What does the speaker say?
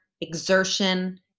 exertion